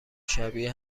شبیه